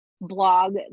blog